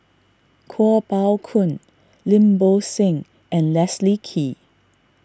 Kuo Pao Kun Lim Bo Seng and Leslie Kee